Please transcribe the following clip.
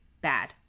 bad